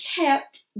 kept